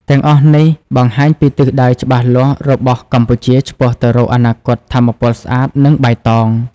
ទាំងអស់នេះបង្ហាញពីទិសដៅច្បាស់លាស់របស់កម្ពុជាឆ្ពោះទៅរកអនាគតថាមពលស្អាត និងបៃតង។